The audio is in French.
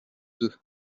deux